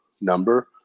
number